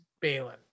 Balin